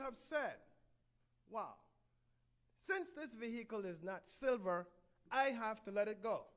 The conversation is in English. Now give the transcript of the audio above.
have said wow since this vehicle is not silver i have to let it go